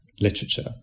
literature